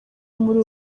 muri